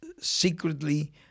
secretly